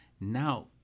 Now